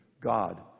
God